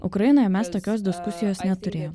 ukrainoje mes tokios diskusijos neturėjom